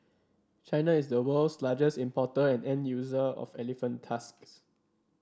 China is the world's largest importer and end user of elephant tusks